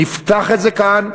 נפתח את זה כאן,